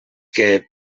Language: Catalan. que